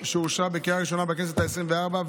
שאושרה בקריאה ראשונה בכנסת העשרים-וארבע.